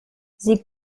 sie